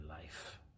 life